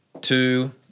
Two